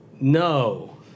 no